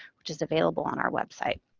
which is available on our website.